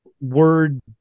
word